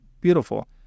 Beautiful